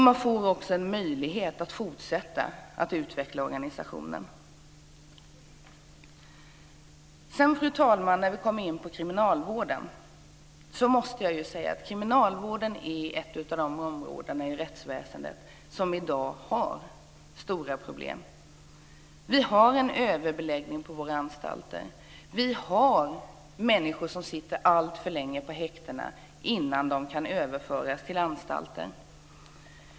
Man får också en möjlighet att fortsätta att utveckla organisationen. Fru talman! Kriminalvården är ett av de områden inom rättsväsendet som har stora problem i dag. Det finns en överbeläggning på våra anstalter. Det finns människor som sitter alltför länge på häktena innan de kan överföras till anstalter.